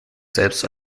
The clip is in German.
selbst